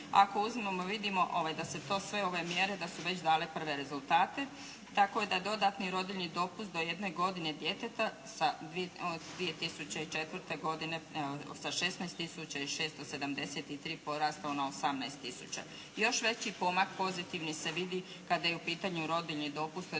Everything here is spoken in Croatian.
ako uzmemo vidimo da su to sve ove mjere da su već dale prve rezultate, tako da dodatni rodiljni dopust do jedne godine života djeteta 2004. godine sa 16 tisuća i 673 porastao na 18 tisuća. Još veći pomak pozitivni se vidi kada je u pitanju rodiljni dopust